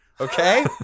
okay